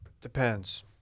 Depends